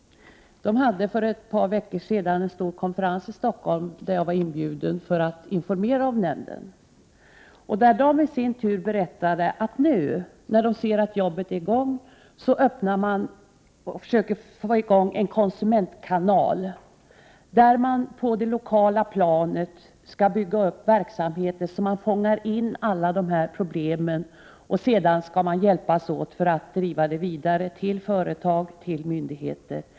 Den hade för ett par veckor sedan en stor konferens i Stockholm, dit jag var inbjuden för att informera om nämnden. Man berättade i sin tur att nu när de ser att det pågår ett arbete så försöker man öppna och få i gång en konsumentkanal, där man på det lokala planet skall bygga upp verksamheter så att man fångar in alla dessa problem. Sedan skall man hjälpas åt för att driva det vidare till företag och myndigheter.